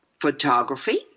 photography